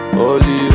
holy